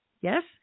Yes